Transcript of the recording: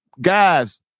Guys